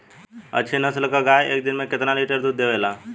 अच्छी नस्ल क गाय एक दिन में केतना लीटर दूध देवे ला?